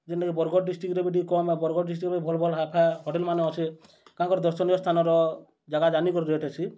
ଯେନ୍ଟାକି ବର୍ଗଡ଼୍ ଡିଷ୍ଟ୍ରିକ୍ଟ୍ରେ ବି ଟିକେ କମ୍ ବର୍ଗଡ଼୍ ଡିଷ୍ଟ୍ରିକ୍ଟ୍ ବି ଭଲ୍ ଭଲ୍ ହାଫା ହୋଟେଲ୍ମାନେ ଅଛେ ତାଙ୍କର ଦର୍ଶନୀୟ ସ୍ଥାନର ଜାଗା ଜାନିକରି ରେଟ୍ ଅଛେ